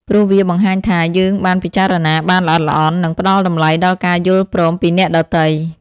ព្រោះវាបង្ហាញថា យើងបានពិចារណាបានល្អិតល្អន់ និងផ្ដល់តម្លៃដល់ការយល់ព្រមពីអ្នកដទៃ។